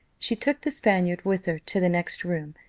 she took the spaniard with her to the next room,